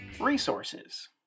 Resources